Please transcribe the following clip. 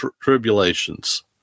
tribulations